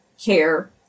care